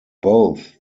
both